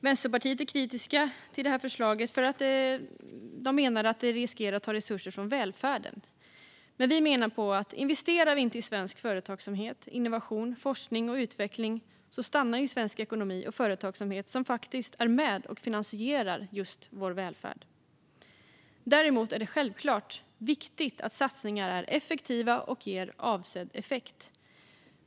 Vänsterpartiet är kritiskt till förslaget därför att man menar att det riskerar att ta resurser från välfärden. Men vi sverigedemokrater menar att om man inte investerar i svensk företagsamhet, innovation, forskning och utveckling stannar svensk ekonomi och företagsamhet, som faktiskt är med och finansierar just vår välfärd. Däremot är det självklart viktigt att satsningarna är effektiva och ger avsedd effekt.